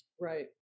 right